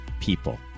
people